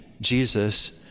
Jesus